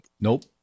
Nope